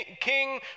king